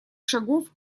шагов